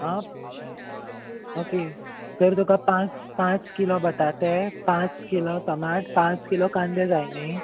आं ओके तर तुका पांच पांच किलो बटाटे पांच किलो टमाट पांच किलो कांदे जाय न्ही